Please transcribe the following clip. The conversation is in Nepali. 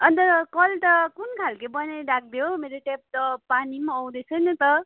अन्त कल त कुन खालको बनाइ राखिदियो हौ मेरो ट्याप त पानी पनि आउँदैछैन त